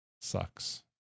Sucks